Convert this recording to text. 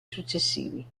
successivi